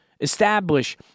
Establish